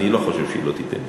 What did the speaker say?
אני לא חושב שהיא לא תיתן.